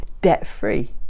debt-free